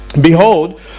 behold